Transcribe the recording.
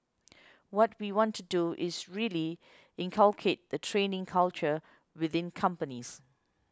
what we want to do is really inculcate the training culture within companies